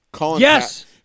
Yes